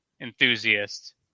enthusiast